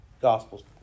gospel's